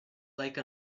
like